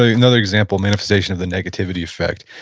ah another example, manifestation of the negativity effect.